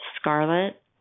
Scarlet